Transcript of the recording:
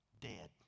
dead